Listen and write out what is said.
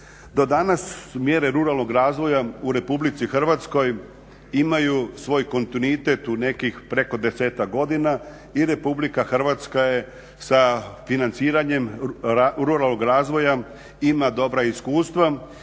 Do danas mjere ruralnog razvoja u RH imaju svoj kontinuitet u nekih preko 10-tak godina i RH je sa financiranjem ruralnog razvoja ima dobra iskustva